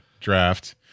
draft